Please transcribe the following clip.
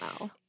wow